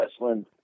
wrestling